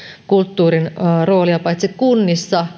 kulttuurin roolia kunnissa